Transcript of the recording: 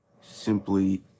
simply